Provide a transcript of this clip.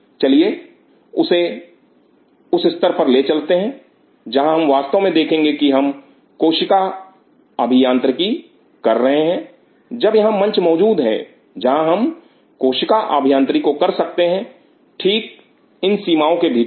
चलिए इसे उस स्तर पर ले चल सकते हैं जहां हम वास्तव में देखेंगे कि हम कोशिका अभियांत्रिकी कर रहे हैं जब यहां मंच मौजूद है जहां हम कोशिका अभियांत्रिकी को कर सकते हैं ठीक इन सीमाओं के भीतर